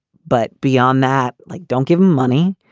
but beyond that, like, don't give him money.